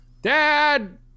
Dad